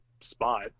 spot